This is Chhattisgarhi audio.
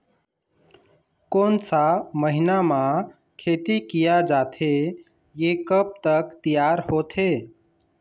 कोन सा महीना मा खेती किया जाथे ये कब तक तियार होथे?